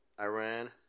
Iran